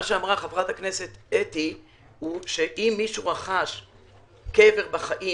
מה שאמרה חברת הכנסת אתי עטיה הוא שאם מישהו רכש קבר בחיים